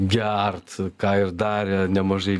gert ką ir darė nemažai